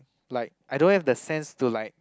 like I don't have the sense to like